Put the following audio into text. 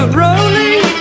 rolling